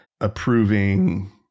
approving